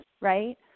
right